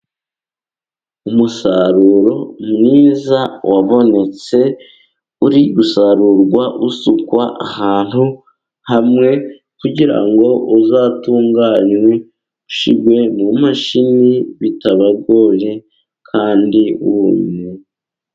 Umusaruro mwiza wabonetse. uri gusarurwa usukwa ahantu hamwe kugira ngo uzatunganywe, ushyirwe mu mashini bitabagoye kandi wumye.